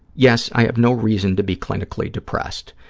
yes, i have no reason to be clinically depressed.